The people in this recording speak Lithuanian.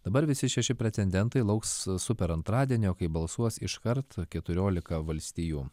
dabar visi šeši pretendentai lauks super antradienio kaip balsuos iškart keturilioka valstijų